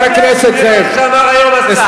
זה מה שאמר היום השר,